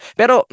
pero